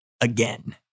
again